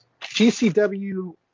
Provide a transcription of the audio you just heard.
GCW